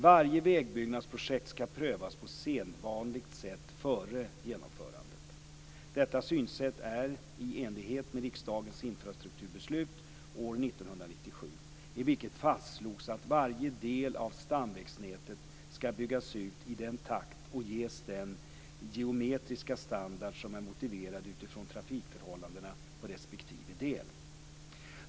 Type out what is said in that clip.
Varje vägbyggnadsprojekt skall prövas på sedvanligt sätt före genomförande. Detta synsätt är i enlighet med riksdagens infrastrukturbeslut år 1997 i vilket fastslogs att varje del av stamvägnätet skall byggas ut i den takt och ges den geometriska standard som är motiverad utifrån trafikförhållandena på respektive del.